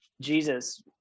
Jesus